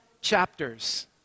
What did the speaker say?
chapters